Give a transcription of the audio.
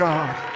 God